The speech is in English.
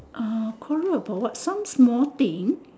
ah quarrel about what some small thing